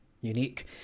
unique